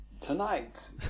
tonight